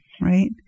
right